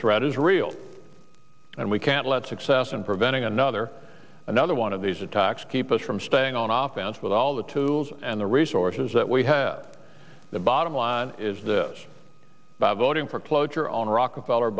threat is real and we can't let success and preventing another another one of these attacks keep us from staying on off and with all the tools and the resources that we have the bottom line is this by voting for cloture on rockefeller